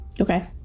Okay